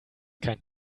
kein